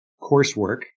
coursework